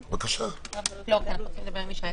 אנחנו רוצים לדבר עם מי שהיה אתמול.